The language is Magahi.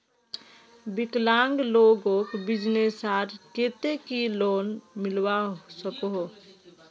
विकलांग लोगोक बिजनेसर केते की लोन मिलवा सकोहो?